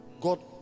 God